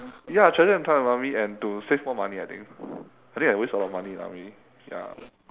ya treasure your time in army and to save more money I think I think I waste a lot of money in army ya